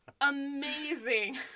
amazing